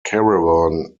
caravan